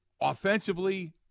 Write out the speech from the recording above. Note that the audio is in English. offensively